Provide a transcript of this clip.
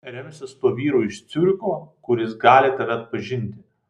remsis tuo vyru iš ciuricho kuris gali tave atpažinti